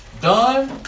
done